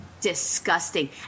Disgusting